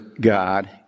God